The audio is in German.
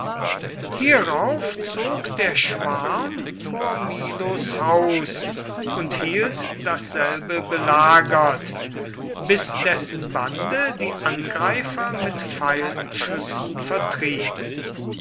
hierauf zog der schwarm vor milos haus und hielt dasselbe belagert bis dessen bande die angreifer mit pfeilschüssen vertrieb